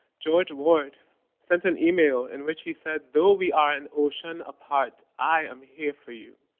george ward sent an email, in which he said, though we are an ocean apart i am here for you.